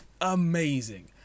amazing